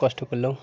কষ্ট করলেও